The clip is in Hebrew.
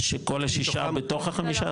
שכל השישה בתוך ה-15?